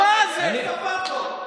איזו שפה זאת?